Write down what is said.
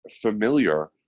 familiar